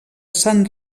sant